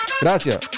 ¡Gracias